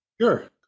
Sure